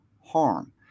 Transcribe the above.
harm